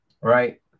right